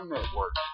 Network